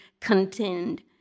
contend